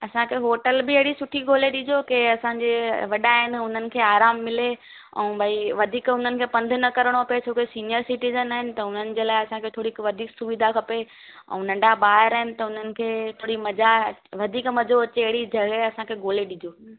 असांखे होटल बि अहिड़ी सुठी ॻोल्हे डिजो के असांजे वॾा आहिनि उननि खे आरामु मिले ऐं भई वधीक हुननि खे पंधि न करणो पए छोके सिनियर सिटीजन अहिनि त हुननि जे लाइ असांखे थोड़ीक वधीक सुविधा खपे ऐं नढा बार अहिनि त हुननि खे थोरी मज़ा वधीक मज़ो अचे अहिड़ी जॻाह असांखे ॻोल्हे डिजो